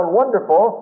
wonderful